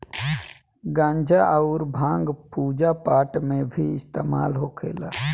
गांजा अउर भांग पूजा पाठ मे भी इस्तेमाल होखेला